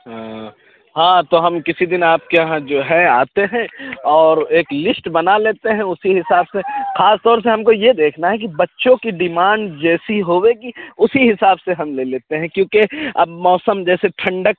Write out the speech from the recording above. ہاں تو ہم کسی دِن آپ کے یہاں جو ہے آتے ہیں اور ایک لسٹ بنا لیتے ہیں اُسی حساب سے خاص طور سے ہم کو یہ دیکھنا ہے کہ بچوں کی ڈمانڈ جیسی ہوئے گی اُسی حساب سے ہم لے لیتے ہیں کیونکہ اب موسم جیسے ٹھنڈک